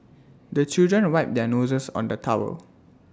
the children wipe their noses on the towel